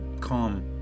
calm